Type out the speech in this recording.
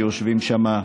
שיושבים שם.